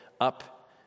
up